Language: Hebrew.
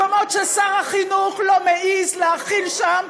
מקומות שבהם שר החינוך לא מעז להחיל את